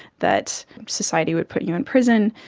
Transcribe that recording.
that society would put you in prison,